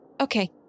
okay